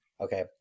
Okay